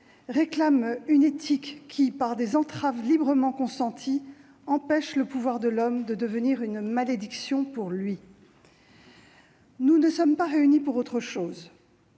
réclame une éthique qui, par des entraves librement consenties, empêche le pouvoir de l'homme de devenir une malédiction pour lui. » Nous ne sommes pas réunis pour autre chose.